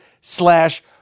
slash